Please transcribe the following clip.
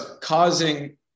causing